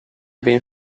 been